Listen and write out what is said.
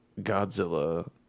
Godzilla